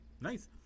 nice